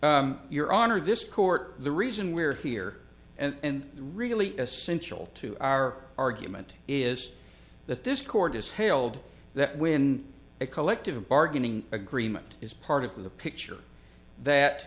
worry your honor this court the reason we're here and really essential to our argument is that this court has held that when it collective bargaining agreement is part of the picture that